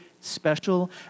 special